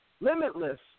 Limitless